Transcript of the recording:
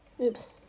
Oops